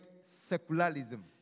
secularism